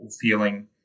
feeling